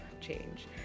change